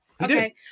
Okay